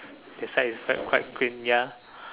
that side is quite quite clean ya